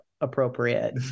appropriate